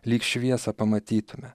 lyg šviesą pamatytume